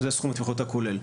זה סכום התמיכות הכולל.